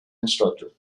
instructor